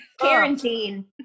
Quarantine